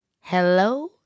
hello